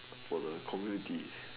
for the community